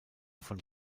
von